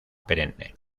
perenne